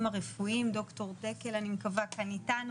הרפואיים ד"ר דקל אני מקווה כאן איתנו,